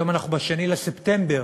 היום אנחנו ב-2 בספטמבר,